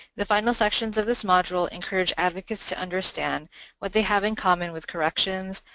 the final sections of this module encourage advocates to understand what they have in common with corrections,